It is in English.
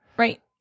Right